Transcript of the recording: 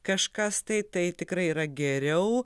kažkas tai tai tikrai yra geriau